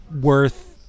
worth